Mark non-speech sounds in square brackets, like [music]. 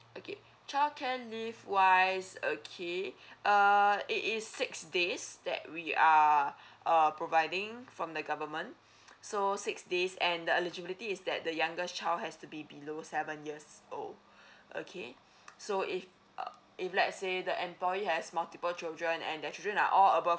okay childcare leave wise okay [breath] uh it is six days that we uh [breath] uh providing from the government [breath] so six days and the eligibility is that the youngest child has to be below seven years old [breath] okay so if uh if let's say the employee has multiple children and their children are all above